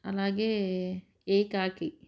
అలాగే ఏకాకి